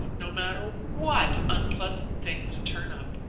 no matter what unpleasant things turn up.